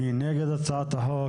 מי נגד הצעת החוק?